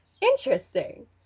Interesting